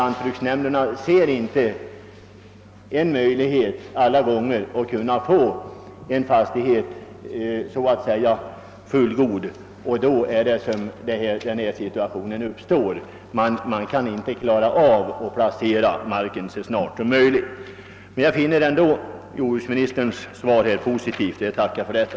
Lantbruksnämnderna har nämligen inte alla gånger möjlighet att skapa en fullgod fastighet, och då uppstår en situation där man inte kan placera marken så snabbt som önskvärt vore. Jag finner emellertid ändå jordbruksministerns svar positivt, och jag ber än en gång att få tacka för detta.